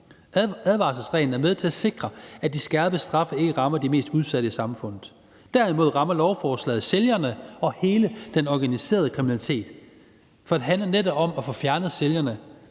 Advarselsreglen er med til at sikre, at de skærpede straffe ikke rammer de mest udsatte i samfundet. Derimod rammer lovforslaget sælgerne og hele den organiserede kriminalitet, for det handler netop om at få fjernet sælgerne